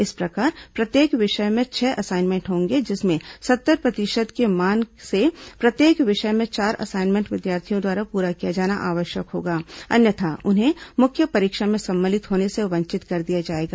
इस प्रकार प्रत्येक विषय में छह असाइनमेंट होंगे जिसमें सत्तर प्रतिशत के मान से प्रत्येक विषय में चार असाइनमेंट विद्यार्थियों द्वारा पूरा किया जाना आवश्यक होगा अन्यथा उन्हें मुख्य परीक्षा में सम्मिलित होने से वंचित कर दिया जाएगा